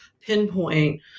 pinpoint